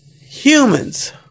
Humans